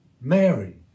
Mary